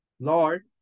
Lord